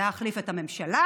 להחליף את הממשלה